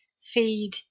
feed